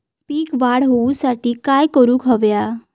पीक वाढ होऊसाठी काय करूक हव्या?